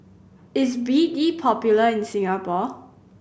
is B D popular in Singapore